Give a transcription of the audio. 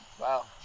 Wow